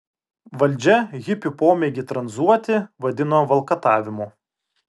valdžia hipių pomėgį tranzuoti vadino valkatavimu